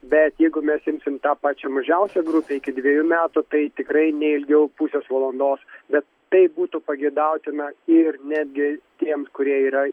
bet jeigu mes imsim tą pačią mažiausią grupę iki dvejų metų tai tikrai neilgiau pusės valandos bet tai būtų pageidautina ir netgi tiems kurie yra